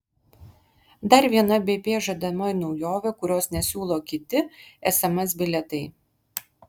dar viena bp žadama naujovė kurios nesiūlo kiti sms bilietai